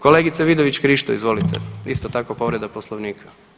Kolegice Vidović Krišto izvolite, isto tako povreda Poslovnika.